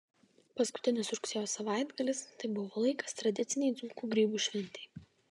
paskutinis rugsėjo savaitgalis tai buvo laikas tradicinei dzūkų grybų šventei